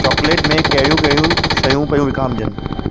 chocolate में कहिड़ियूं कहिड़ियूं शयूं पयूं विकामिजनि